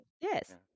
Yes